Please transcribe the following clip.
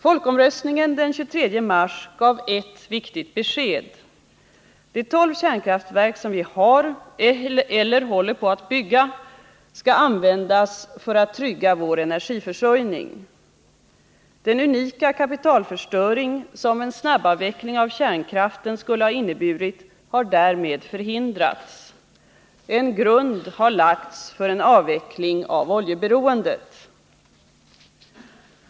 Folkomröstningen den 23 mars gav ett viktigt besked. De tolv kärnkraftverk som vi har eller håller på att bygga skall användas för att trygga vår energiförsörjning. Den unika kapitalförstöring som en snabbavveckling av kärnkraften skulle ha inneburit har därmed förhindrats. En grund har lagts för en avveckling av oljeberoendet.